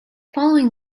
following